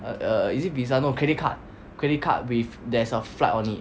err err err is it visa no credit card credit card with there's a flight on it